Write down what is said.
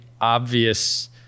obvious